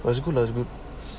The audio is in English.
was good as good